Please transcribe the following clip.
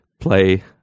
play